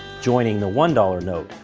joining the one dollars note,